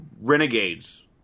Renegades